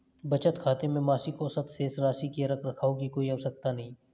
बचत खाते में मासिक औसत शेष राशि के रख रखाव की कोई आवश्यकता नहीं